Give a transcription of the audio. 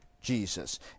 Jesus